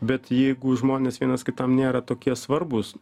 bet jeigu žmonės vienas kitam nėra tokie svarbūs